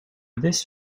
this